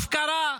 הפקרה,